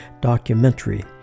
documentary